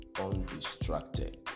undistracted